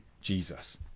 Jesus